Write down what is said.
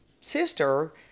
sister